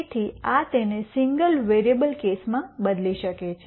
તેથી આ તેને સિંગલ વેરીએબલ કેસમાં બદલી શકે છે